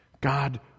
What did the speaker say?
God